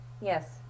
Yes